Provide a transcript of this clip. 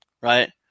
right